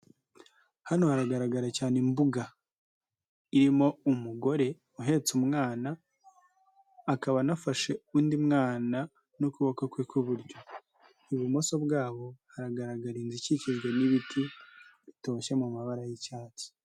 Hano haragaragara cyane imbuga, irimo umugore uhetse umwana, akaba anafashe undi mwana n'ukuboko kwe kw'iburyo. Ibumoso bwabo haragaragara inzu ikikijwe n'ibiti bitoshye mu mabara y'icyatsi.